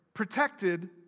protected